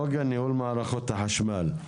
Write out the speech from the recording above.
נגה, ניהול מערכות החשמל.